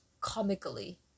comically